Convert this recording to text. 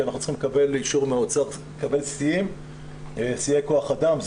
כי אנחנו צריכים לקבל אישור מהאוצר לקבל שיאי כוח אדם,